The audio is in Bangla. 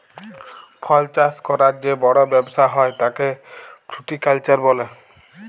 ফল চাষ ক্যরার যে বড় ব্যবসা হ্যয় তাকে ফ্রুটিকালচার বলে